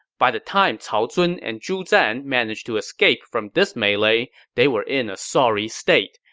by the time cao zun and zhu zan managed to escape from this melee, they were in a sorry state.